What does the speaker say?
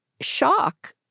shock